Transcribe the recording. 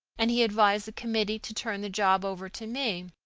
and he advised the committee to turn the job over to me.